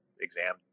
exam